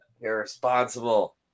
Irresponsible